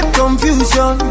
confusion